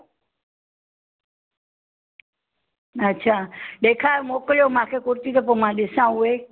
अच्छा ॾेखारु मोकिलियो मूंखे कुर्ती त पोइ मां ॾिसां उहे